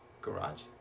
Garage